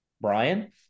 Brian